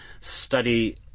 study